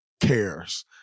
cares